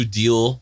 deal